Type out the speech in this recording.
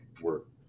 work